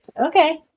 Okay